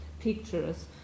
pictures